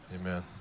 Amen